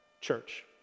church